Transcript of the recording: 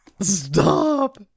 stop